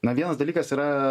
na vienas dalykas yra